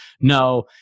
no